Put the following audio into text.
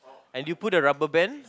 and you put the rubber band